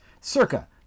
circa